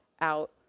out